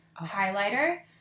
highlighter